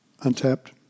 untapped